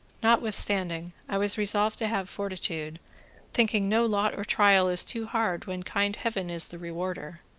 notwithstanding, i was resolved to have fortitude thinking no lot or trial is too hard when kind heaven is the rewarder.